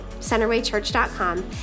centerwaychurch.com